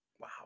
Wow